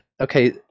Okay